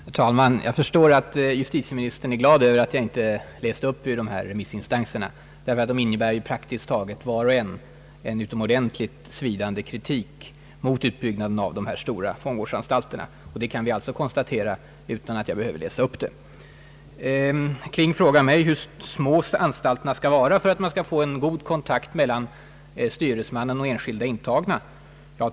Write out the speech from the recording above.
Herr talman! Jag förstår att justitieministern är glad över att jag inte läste upp innehållet i de här remissvaren, ty praktiskt taget samtliga innebär ju en svidande kritik mot utbyggnaden av stora fångvårdsanstalter. Det kan vi alltså gemensamt konstatera utan att jag behöver läsa upp remisssvaren. Herr Kling frågade mig hur små anstalterna skall vara för att man skall få en god kontakt mellan styresmannen och de enskilda intagna.